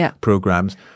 programs